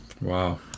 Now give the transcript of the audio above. Wow